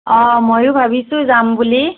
অ ময়ো ভাবিছোঁ যাম বুলি